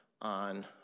on